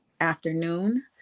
afternoon